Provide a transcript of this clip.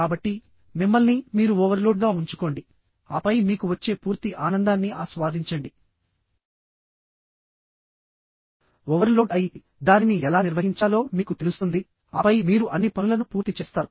కాబట్టి మిమ్మల్ని మీరు ఓవర్లోడ్ గా ఉంచుకోండి ఆపై మీకు వచ్చే పూర్తి ఆనందాన్ని ఆస్వాదించండి ఓవర్లోడ్ అయి దానిని ఎలా నిర్వహించాలో మీకు తెలుస్తుంది ఆపై మీరు అన్ని పనులను పూర్తి చేస్తారు